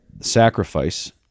sacrifice